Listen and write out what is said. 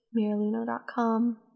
miraluno.com